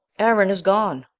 aaron is gone,